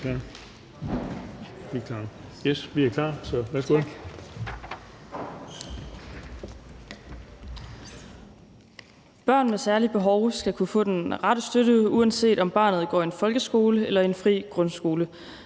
Børn med særlige behov skal kunne få den rette støtte, uanset om barnet går i en folkeskole eller i en fri grundskole.